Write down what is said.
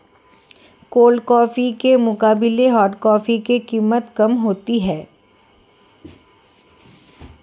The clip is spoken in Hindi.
कोल्ड कॉफी के मुकाबले हॉट कॉफी की कीमत कम होती है